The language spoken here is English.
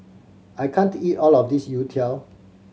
I can't eat all of this youtiao